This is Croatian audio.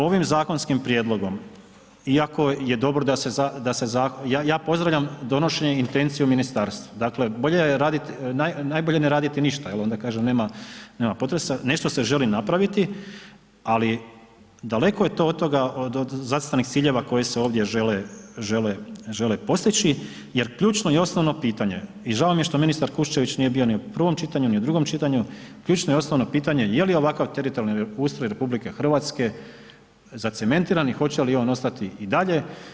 Ovim zakonskim prijedlogom iako je dobro da se, da se, ja pozdravljam donošenje i intenciju ministarstva, dakle, bolje je radit, najbolje je ne raditi niša, jel, onda kaže nema, nema potresa, nešto se želi napraviti, ali daleko je to od toga, od zacrtanih ciljeva koji se ovdje žele, žele, žele postići jer ključno i osnovno pitanje i žao mi je što ministar Kuščević nije bio ni u prvom čitanju, ni u drugom čitanju, ključno i osnovno pitanje je li ovakav teritorijalni ustroj RH zacementiran i hoće li on ostati i dalje?